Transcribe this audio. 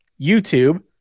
YouTube